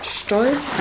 Stolz